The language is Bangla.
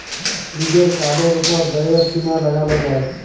লিজের কার্ডের ওপর ব্যয়ের সীমা লাগাল যায়